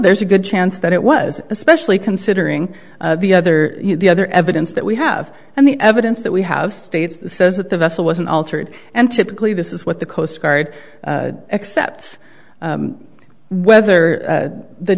there's a good chance that it was especially considering the other the other evidence that we have and the evidence that we have states says that the vessel wasn't altered and typically this is what the coast guard accepts whether